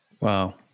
Wow